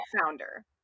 founder